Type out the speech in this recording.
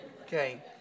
Okay